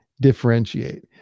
differentiate